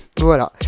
Voilà